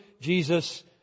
Jesus